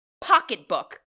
pocketbook